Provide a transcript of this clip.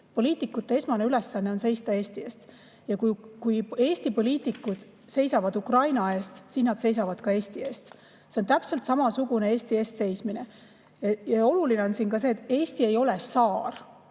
Poliitikute esmane ülesanne on seista Eesti eest. Kui Eesti poliitikud seisavad Ukraina eest, siis nad seisavad ka Eesti eest. See on täpselt samasugune Eesti eest seismine. Ja oluline on siin ka see, et Eesti ei ole saar.